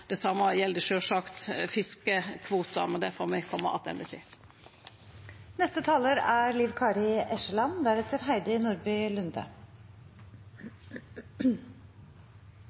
Det same gjeld sjølvsagt fiskekvotar, men det får me kome attende til. Det er